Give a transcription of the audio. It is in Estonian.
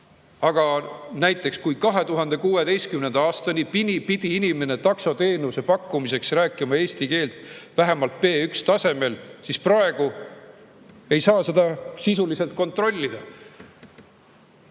ära. Näiteks 2016. aastani pidi inimene taksoteenuse pakkumiseks rääkima eesti keelt vähemalt B1-tasemel. Aga praegu ei saa seda sisuliselt kontrollida.